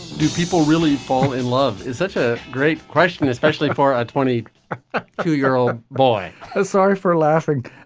do people really fall in love is such a great question especially for a twenty two year old boy ah sorry for laughing.